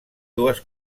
dues